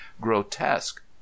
grotesque